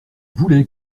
voulait